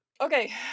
Okay